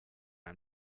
ein